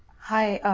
hi,